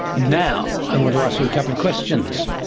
now i want to ask you a couple of questions.